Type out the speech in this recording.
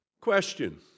Question